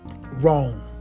wrong